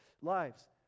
lives